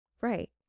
right